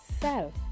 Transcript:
self